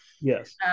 Yes